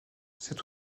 cet